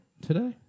today